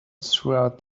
throughout